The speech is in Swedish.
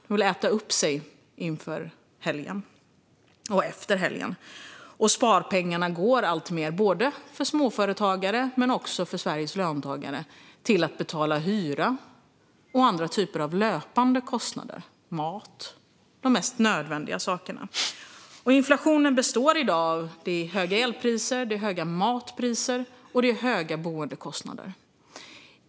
De vill äta upp sig inför helgen och efter helgen. Och sparpengarna går alltmer, både för småföretagare och för Sveriges löntagare, till att betala hyra och andra typer av löpande kostnader - mat och de mest nödvändiga sakerna. Inflationen i dag beror på att det är höga elpriser, höga matpriser och höga boendekostnader.